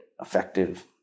effective